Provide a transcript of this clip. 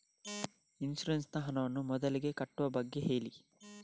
insurance ನ ಹಣವನ್ನು ಮೊದಲಿಗೆ ಕಟ್ಟುವ ಬಗ್ಗೆ ಹೇಳಿ